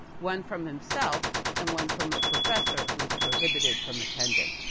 one from himself, and one from a professor who was prohibited from attending.